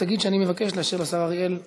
תגיד שאני מבקש לאשר לשר אריאל להשיב.